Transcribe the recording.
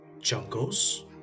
Jungles